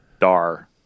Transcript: Dar –